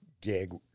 gig